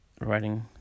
writing